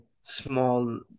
small